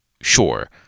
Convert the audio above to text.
sure